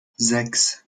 sechs